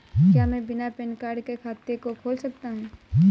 क्या मैं बिना पैन कार्ड के खाते को खोल सकता हूँ?